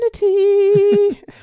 unity